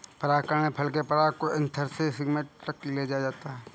परागण में फल के पराग को एंथर से स्टिग्मा तक ले जाया जाता है